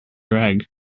drag